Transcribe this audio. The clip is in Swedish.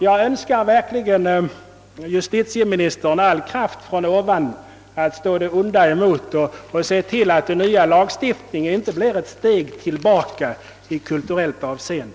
Jag önskar verkligen justitieministern all kraft från ovan att kunna stå emot det onda och kunna se till att den nya lagstiftningen inte blir ett steg tillbaka i kulturellt avseende.